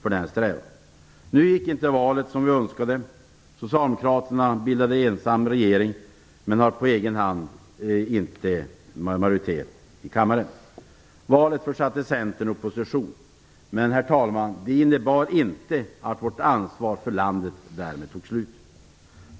Nu gick inte valet som vi önskade. Socialdemokraterna bildar ensamma regering, men har på egen hand inte en majoritet i kammaren. Valet försatte Centern i opposition, men innebar inte att vårt ansvar för landet därmed tog slut.